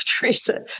Teresa